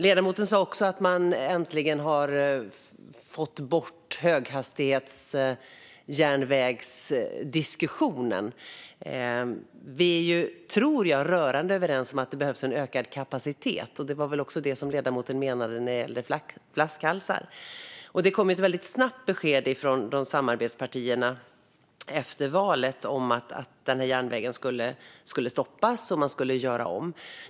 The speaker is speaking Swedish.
Ledamoten sa också att man äntligen har fått bort diskussionen om höghastighetsjärnvägen. Vi är, tror jag, rörande överens om att det behövs en ökad kapacitet, och det var väl också det som ledamoten menade angående flaskhalsar. Det kom ett väldigt snabbt besked från samarbetspartierna efter valet om att den här järnvägen skulle stoppas och att man skulle göra om.